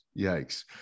yikes